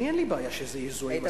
אני אין לי בעיה שזה יזוהה עם השמאל,